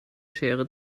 schere